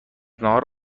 ناهار